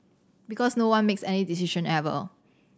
because no one makes any decision ever